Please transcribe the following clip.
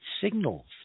signals